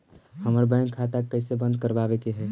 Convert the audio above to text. हमर बैंक खाता के कैसे बंद करबाबे के है?